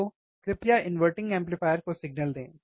तो कृपया inverting amplifier को सिग्नल दें